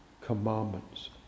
commandments